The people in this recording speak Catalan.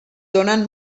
donen